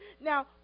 now